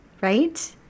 right